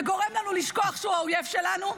וגורם לנו לשכוח שהוא האויב שלנו.